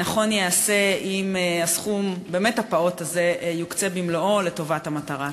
נכון ייעשה אם הסכום הפעוט הזה יוקצה במלואו לטובת המטרה.